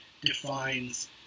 defines